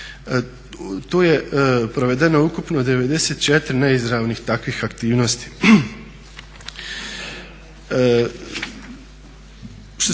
Tu je provedeno ukupno 94 neizravnih takvih aktivnosti.